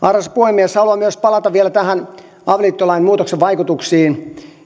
arvoisa puhemies haluan myös palata vielä näihin avioliittolain muutoksen vaikutuksiin